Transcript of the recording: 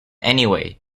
anyway